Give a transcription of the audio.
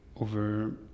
over